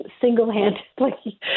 single-handedly